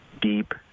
deep